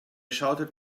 shouted